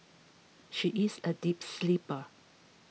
she is a deep sleeper